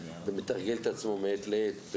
שמתרגל את עצמו מעת לעת,